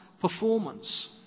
performance